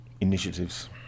initiatives